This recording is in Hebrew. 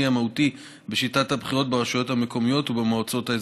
המהותי בשיטת הבחירות ברשויות המקומיות ובמועצות האזוריות.